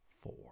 four